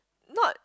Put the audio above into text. not